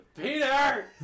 Peter